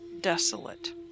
desolate